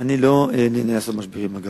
אני לא נהנה לעשות משברים, אגב.